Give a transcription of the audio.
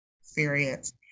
experience